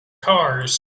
cars